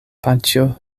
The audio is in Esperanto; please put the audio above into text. paĉjo